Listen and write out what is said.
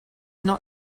not